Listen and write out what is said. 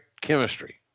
chemistry